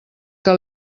que